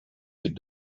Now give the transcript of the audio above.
had